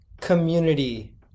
community